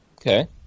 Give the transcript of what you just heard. Okay